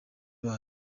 bayo